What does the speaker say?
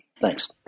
Thanks